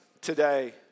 today